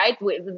right